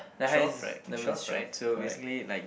twelve right twelve right so basically like